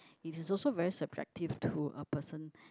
it is also very subjective to a person